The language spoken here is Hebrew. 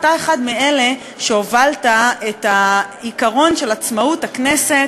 אתה אחד מאלה שהובילו את העיקרון של עצמאות הכנסת